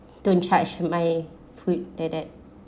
don't charge my food at at